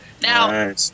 Now